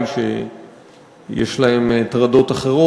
יפה מאוד.